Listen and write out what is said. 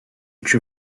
age